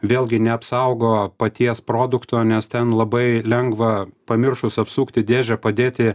vėlgi neapsaugo paties produkto nes ten labai lengva pamiršus apsukti dėžę padėti